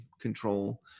control